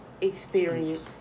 experience